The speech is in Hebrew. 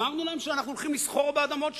אמרנו להם שאנחנו הולכים לסחור באדמות שלהם?